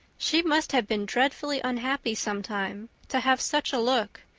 she must have been dreadfully unhappy sometime to have such a look.